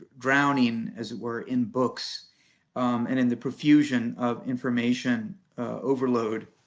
drowning, as it were, in books and in the profusion of information overload.